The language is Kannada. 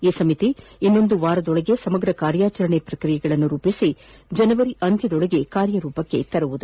ಈ ಸಮಿತಿ ಇನ್ನೊಂದು ವಾರದೊಳಗೆ ಸಮಗ್ರ ಕಾರ್ಯಾಚರಣೆ ಪ್ರಕ್ರಿಯೆಗಳನ್ನು ರೂಪಿಸಿ ಜನವರಿ ಅಂತ್ಯದೊಳಗೆ ಕಾರ್ಯರೂಪಕ್ಕೆ ತರಲಿದೆ